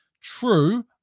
true